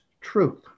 truth